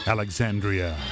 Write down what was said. Alexandria